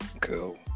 Cool